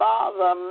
Father